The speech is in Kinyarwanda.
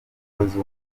w’umujyi